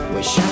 Wish